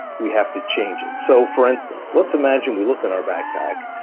we have to change it. so for instance, let's imagine we look in our backpack,